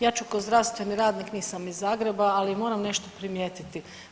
Ja ću kao zdravstveni radnik, nisam iz Zagreba, ali moram nešto primijetiti.